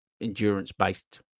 endurance-based